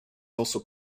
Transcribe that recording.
also